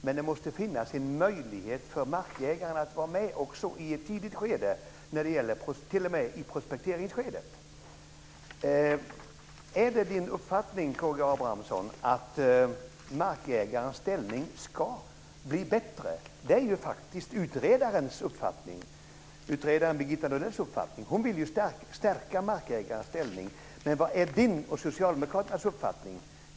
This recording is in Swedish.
Men det måste finnas en möjlighet för markägaren att vara med i ett tidigt skede, t.o.m. redan i prospekteringsskedet. Är det K G Abramssons uppfattning att markägarens ställning ska bli bättre? Det är faktiskt utredaren Birgitta Nådells uppfattning. Hon vill stärka markägarens ställning. Men vad är Karl Gustav Abramssons och Socialdemokraternas uppfattning?